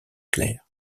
claire